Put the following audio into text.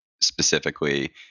specifically